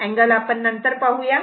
angle नंतर पाहू या